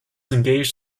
engaged